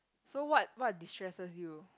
so what what destresses you